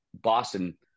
Boston